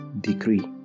Decree